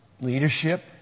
leadership